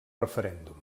referèndum